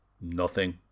Nothing